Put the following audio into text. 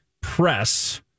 Press